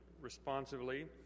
responsively